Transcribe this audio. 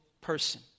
person